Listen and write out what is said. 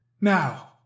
Now